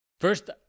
First